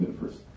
first